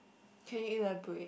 can you elaborate